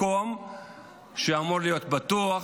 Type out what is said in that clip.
מקום שאמור להיות בטוח,